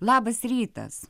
labas rytas